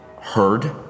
heard